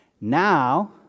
Now